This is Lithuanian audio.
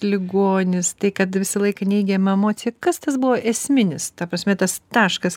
ligonis tai kad visą laiką neigiama emocija kas tas buvo esminis ta prasme tas taškas